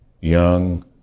young